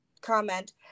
comment